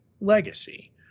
legacy